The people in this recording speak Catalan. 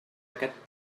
aquest